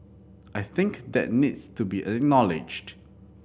I think that needs to be acknowledged